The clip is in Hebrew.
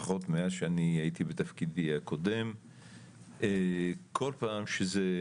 לפחות מאז שאני הייתי בתפקידי הקודם כל פעם שזה,